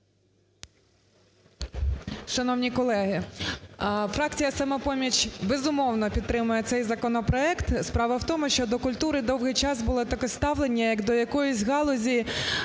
Шановні колеги! Фракція "Самопоміч", безумовно, підтримає цей законопроект. Справа в тому, що до культури довгий час було таке ставлення, як до якоїсь галузі